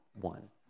one